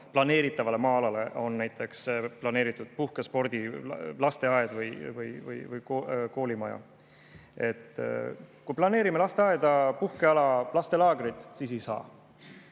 planeeritavale maa-alale on näiteks planeeritud puhke- või spordi[võimalus], lasteaed või koolimaja. Kui planeerime lasteaeda, puhkeala või lastelaagrit, siis ei saa,